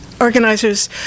organizers